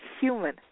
human